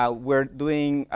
ah we're doing.